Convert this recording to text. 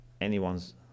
anyone's